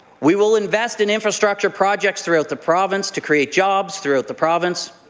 we will invest in infrastructure projects throughout the province to create jobs throughout the province.